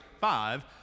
five